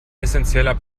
essenzieller